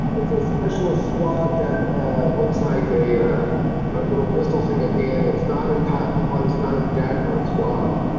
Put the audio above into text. it's a special swab that looks like a little bristol thing at the end it's not a cotton one it's not a dacron swab.